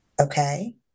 okay